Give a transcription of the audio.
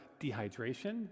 dehydration